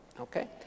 okay